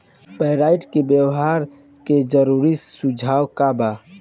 Pyrite व्यवहार के जरूरी सुझाव का वा?